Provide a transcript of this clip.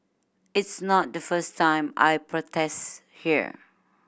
it's not the first time I protest here